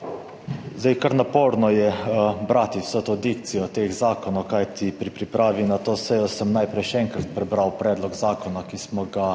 pozdrav! Kar naporno je brati vso to dikcijo teh zakonov, kajti pri pripravi na to sejo sem najprej še enkrat prebral predlog zakona, ki smo ga